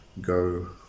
go